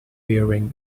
wearing